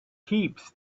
heaps